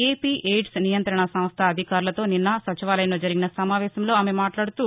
AP AIDS నియంతణ సంస్ల అధికారులతో నిన్న సచివాలయంలో జరిగిన సమావేశంలో ఆమె మాట్లాడుతూ